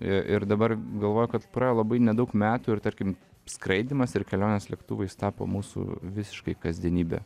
i ir dabar galvoju kad praėjo labai nedaug metų ir tarkim skraidymas ir kelionės lėktuvais tapo mūsų visiškai kasdienybe